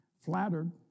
Flattered